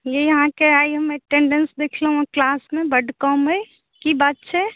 यै अहाँके आय हम अटेंडेंस देखलहुँ हँ क्लास बड कम यऽ की बात छै